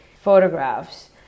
photographs